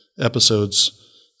episodes